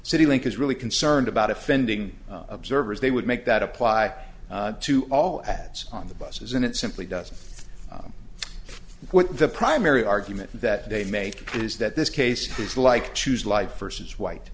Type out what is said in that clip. link is really concerned about offending observers they would make that apply to all ads on the buses and it simply doesn't what the primary argument that they make is that this case is like choose life versus white